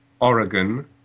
Oregon